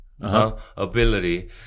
Ability